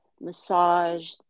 massage